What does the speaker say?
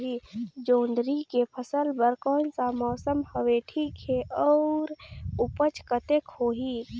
जोंदरी के फसल बर कोन सा मौसम हवे ठीक हे अउर ऊपज कतेक होही?